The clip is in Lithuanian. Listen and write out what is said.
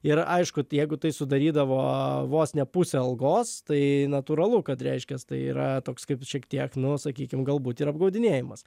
ir aišku jeigu tai sudarydavo vos ne pusę algos tai natūralu kad reiškias tai yra toks kaip šiek tiek nuo sakykim galbūt ir apgaudinėjimas